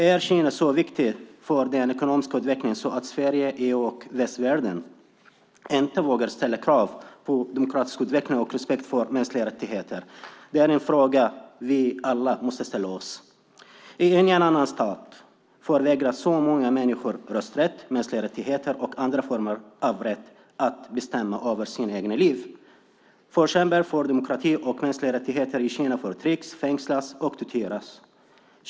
Är Kina så viktigt för den ekonomiska utvecklingen att Sverige, EU och västvärlden inte vågar ställa krav på demokratisk utveckling och respekt för mänskliga rättigheter? Det är en fråga vi alla måste ställa oss. I ingen annan stat förvägras så många människor rösträtt, mänskliga rättigheter och andra former av rätt att bestämma över sina egna liv. Förkämpar för demokrati och mänskliga rättigheter i Kina förtrycks, fängslas och torteras.